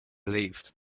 leeft